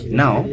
now